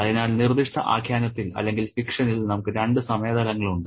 അതിനാൽ നിർദ്ദിഷ്ട ആഖ്യാനത്തിൽ അല്ലെങ്കിൽ ഫിക്ഷനിൽ നമുക്ക് രണ്ട് സമയ തലങ്ങളുണ്ട്